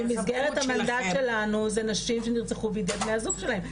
כי במסגרת המנדט שלנו זה נשים שנרצחו בידי בן-הזוג שלהם.